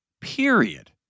period